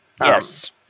Yes